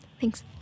Thanks